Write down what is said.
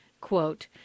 Quote